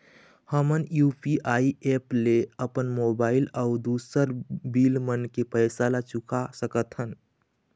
हमन UPI app ले अपन मोबाइल अऊ दूसर बिल मन के पैसा ला चुका सकथन